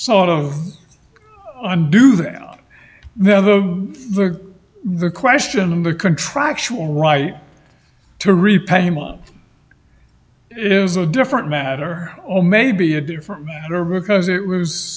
sort of undo that out there the the question of the contractual right to repayment it is a different matter oh may be a different matter because it was